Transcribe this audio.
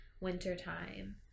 wintertime